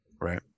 Right